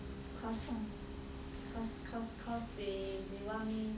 cause cause cause cause they they want me